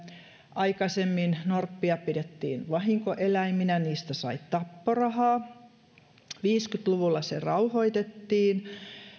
aikaisemmin norppia pidettiin vahinkoeläiminä ja niistä sai tapporahaa tuhatyhdeksänsataaviisikymmentä luvulla se rauhoitettiin ja